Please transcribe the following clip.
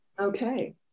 Okay